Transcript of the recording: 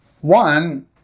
One